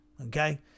okay